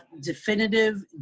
definitive